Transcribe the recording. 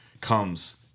comes